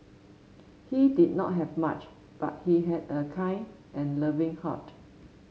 he did not have much but he had a kind and loving heart